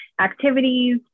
activities